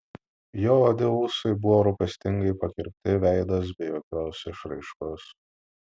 jo juodi ūsai buvo rūpestingai pakirpti veidas be jokios išraiškos